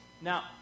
Now